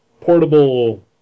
portable